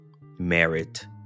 merit